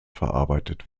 verarbeitet